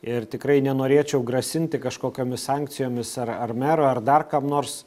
ir tikrai nenorėčiau grasinti kažkokiomis sankcijomis ar ar mero ar dar kam nors